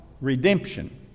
redemption